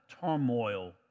turmoil